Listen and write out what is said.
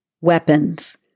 weapons